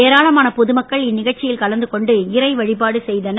ஏராளமான பொதுமக்கள் இந்நிகழ்ச்சியில் கலந்து கொண்டு இறை வழிபாடு செய்தனர்